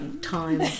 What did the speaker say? time